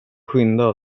skydda